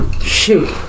Shoot